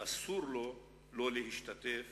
אסור לו לא להשתתף